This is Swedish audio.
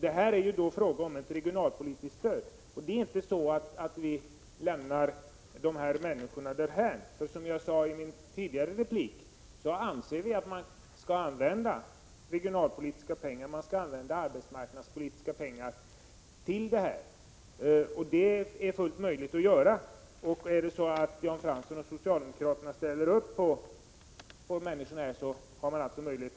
Det är fråga om ett regionalpolitiskt stöd. Men det är inte så att vi lämnar de här människorna därhän. Som jag sade i min tidigare replik anser vi att man skall använda regionalpolitiska och arbetsmarknadspolitiska pengar till detta. Det är fullt möjligt att göra så. Och om Jan Fransson och socialdemokraterna vill ställa upp för dessa människor kan ni alltså göra det.